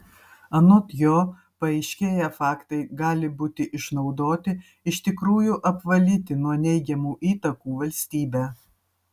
anot jo paaiškėję faktai gali būti išnaudoti iš tikrųjų apvalyti nuo neigiamų įtakų valstybę